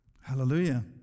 Hallelujah